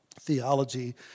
theology